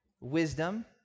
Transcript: Wisdom